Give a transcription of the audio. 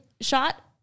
shot